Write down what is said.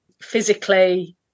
physically